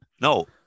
No